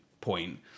point